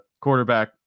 quarterback